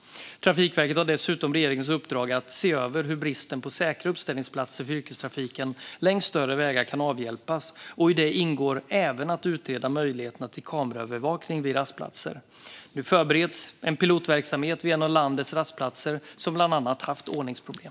Trafikverket har dessutom regeringens uppdrag att se över hur bristen på säkra uppställningsplatser för yrkestrafiken längs större vägar kan avhjälpas, och i det ingår även att utreda möjligheterna till kameraövervakning vid rastplatser. Nu förbereds en pilotverksamhet vid en av landets rastplatser som bland annat haft ordningsproblem.